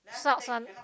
socks one